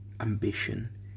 ambition